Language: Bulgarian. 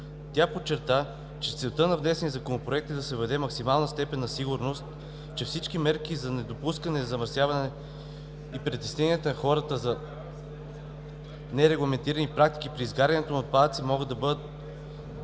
Тя подчерта, че целта на внесения законопроект е да се въведе максимална степен на сигурност, че всички мерки за недопускане на замърсяване и притеснения на хората за нерегламентирани практики при изгаряне на отпадъци могат да бъдат